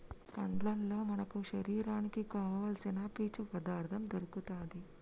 పండ్లల్లో మన శరీరానికి కావాల్సిన పీచు పదార్ధం దొరుకుతది